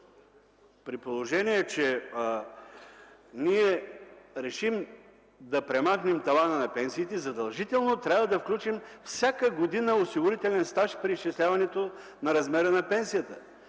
При положение че ние решим да премахнем тавана на пенсиите задължително трябва да включим всяка година осигурителен стаж при изчисляването на размера на пенсията.